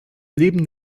leben